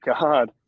God